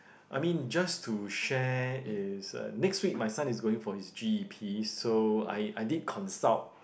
I mean just to share is uh next week my son is going for his G_E_P so I I did consult